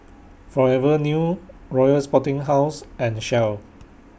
Forever New Royal Sporting House and Shell